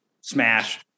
Smash